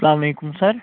السَلامُ علیکُم سَر